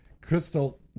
Crystal